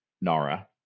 NARA